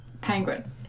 Penguin